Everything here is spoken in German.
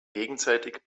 gegenseitig